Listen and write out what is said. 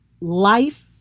life